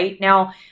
Now